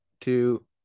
two